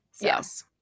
Yes